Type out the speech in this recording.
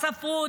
הספרות,